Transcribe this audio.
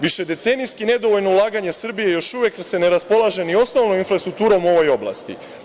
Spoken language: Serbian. Višedecenijski nedovoljno ulaganje Srbije još uvek se ne raspolaže ni osnovom strukturom u ovoj oblasti.